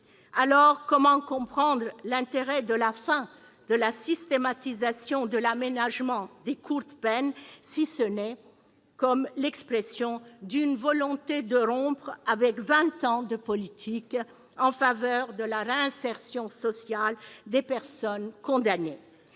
ça ... Comment comprendre la fin de la systématisation de l'aménagement des courtes peines, sinon comme l'expression d'une volonté de rompre avec vingt ans de politiques en faveur de la réinsertion sociale des personnes condamnées ?